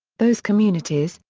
those communities,